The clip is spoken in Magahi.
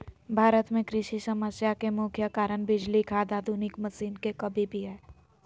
भारत में कृषि समस्या के मुख्य कारण बिजली, खाद, आधुनिक मशीन के कमी भी हय